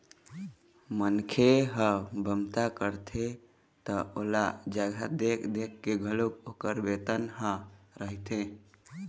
मनखे ह बमता करथे त ओला जघा देख देख के घलोक ओखर बेतन ह रहिथे